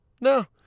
No